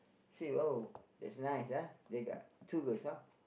see oh that's nice ah they got two girls ah